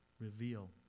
reveal